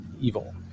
evil